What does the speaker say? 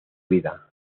vida